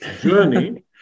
journey